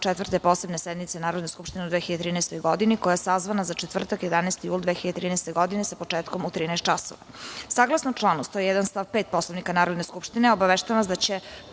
Četvrte posebne sednice Narodne skupštine u 2013. godini, koja je sazvana za četvrtak, 11. jul 2013. godine, sa početkom u 13.00 časova. Saglasno članu 101. stav 5. Poslovnika Narodne skupštine, obaveštavam vas da će